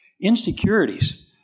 insecurities